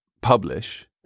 publish